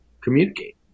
communicate